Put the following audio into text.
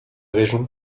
régions